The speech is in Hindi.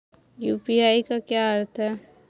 यू.पी.आई का क्या अर्थ है?